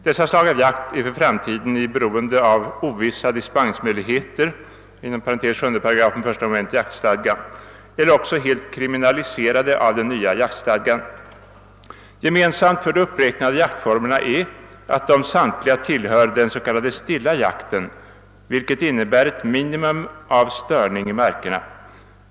Dessa slag av jakt är för framtiden beroende av ovissa dispensmöjligheter eller också helt kriminaliserade av den nya jaktstadgan. Ge-- mensamt för de uppräknade jaktformerna är att de samtliga tillhör den s.k. stilla jakten, vilket innebär ett minimum av störning i markerna.